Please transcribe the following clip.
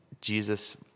Jesus